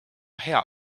hea